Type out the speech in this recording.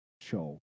show